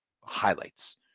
highlights